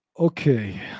Okay